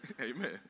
Amen